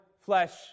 flesh